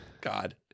God